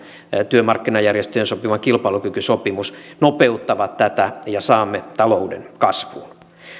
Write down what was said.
työmarkkinajärjestöjen sopima kilpailukykysopimus nopeuttavat tätä ja saamme talouden kasvuun